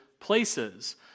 places